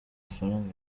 amafaranga